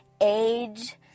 age